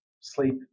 sleep